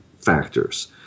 factors